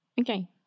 Okay